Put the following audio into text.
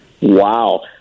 wow